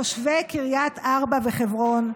תושבי קריית ארבע וחברון,